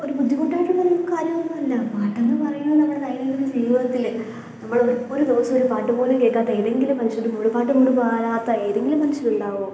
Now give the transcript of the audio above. ഒരു ബുദ്ധിമുട്ടായിട്ടുള്ളൊരു കാര്യമൊന്നുമല്ല പാട്ടെന്ന് പറയുന്നത് നമ്മുടെ ദൈനംദിന ജീവിതത്തിലേക്ക് നമ്മളൊരു ഒരു ദിവസമൊരു പാട്ട് പോലും കേൾക്കാത്ത ഏതെങ്കിലും മനുഷ്യർ മൂളിപ്പാട്ട് പോലും പാടാത്ത ഏതെങ്കിലും മനുഷ്യരുണ്ടാവുമോ